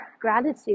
gratitude